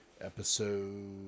Episode